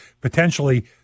potentially